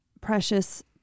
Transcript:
precious